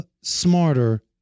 Smarter